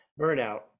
burnout